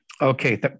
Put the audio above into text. okay